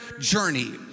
journey